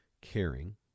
caring